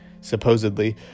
supposedly